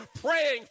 praying